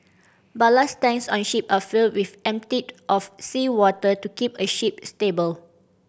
ballast tanks on ship are filled with emptied of seawater to keep a ship stable